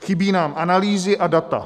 Chybí nám analýzy a data.